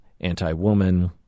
anti-woman